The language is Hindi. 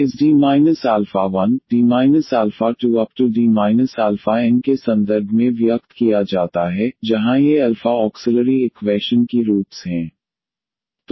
इस D 1D 2 के संदर्भ में व्यक्त किया जाता है जहां ये अल्फ़ा ऑक्सिलरी इक्वैशन की रूट्स हैं